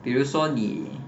比如说你